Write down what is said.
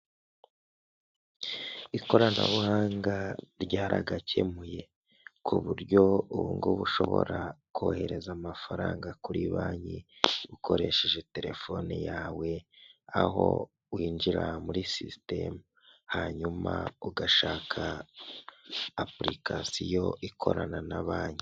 Ikoranabuhanga ryaragakemuye ku buryo ubungubu ushobora kohereza amafaranga kuri banki ukoresheje telefone yawe, aho winjira muri sisiteme hanyuma ugashaka apulikasiyo ikorana na banki.